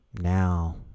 Now